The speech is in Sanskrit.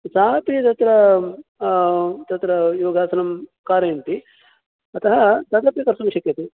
सापि तत्र तत्र योगासनं कारयन्ति अतः तदपि कर्तुं शक्यते